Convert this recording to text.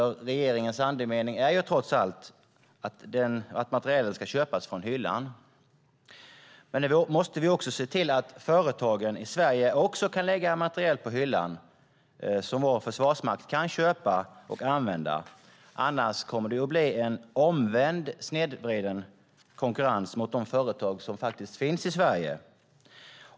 Regeringens andemening är ju trots allt att materiel ska köpas från hyllan. Då måste vi dock se till att företagen i Sverige också kan lägga materiel på hyllan som vår försvarsmakt kan köpa och använda. Annars kommer det att bli en omvänd snedvriden konkurrens för de företag som finns i Sverige.